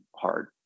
hard